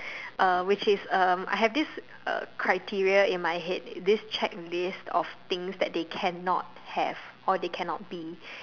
uh which is uh I have this uh criteria in my head this checklist of things that they cannot have or they cannot be